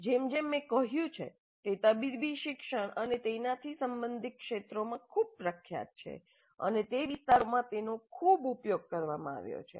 જેમ જેમ મેં કહ્યું છે તે તબીબી શિક્ષણ અને તેનાથી સંબંધિત ક્ષેત્રોમાં ખૂબ પ્રખ્યાત છે અને તે વિસ્તારોમાં તેનો ખૂબ ઉપયોગ કરવામાં આવ્યો છે